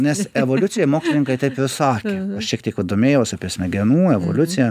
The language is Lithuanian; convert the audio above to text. nes evoliucija mokslininkai taip ir sakė šiek tiek va domėjausi apie smegenų evoliuciją